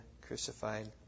crucified